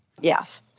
Yes